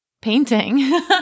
Painting